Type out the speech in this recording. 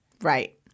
Right